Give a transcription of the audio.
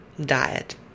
diet